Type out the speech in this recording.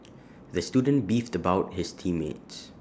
the student beefed about his team mates